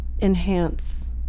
enhance